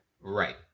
right